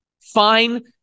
Fine